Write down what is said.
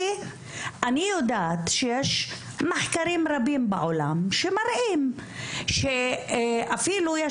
אני יודעת שיש מחקרים רבים בעולם ואפילו יש